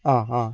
ആ ആ